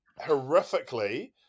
horrifically